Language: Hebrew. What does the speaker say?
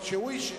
אבל, שהוא ישב.